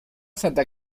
santa